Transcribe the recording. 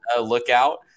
lookout